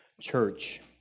church